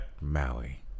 Maui